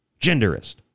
genderist